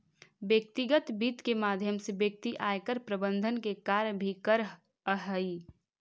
व्यक्तिगत वित्त के माध्यम से व्यक्ति आयकर प्रबंधन के कार्य भी करऽ हइ